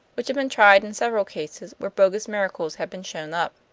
which had been tried in several cases where bogus miracles had been shown up.